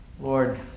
Lord